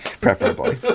preferably